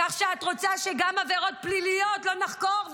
כך שאת רוצה שגם עבירות פליליות לא נחקור?